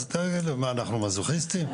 אז מה, אנחנו מזוכיסטים?